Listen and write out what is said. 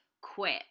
quit